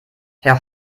herr